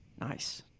Nice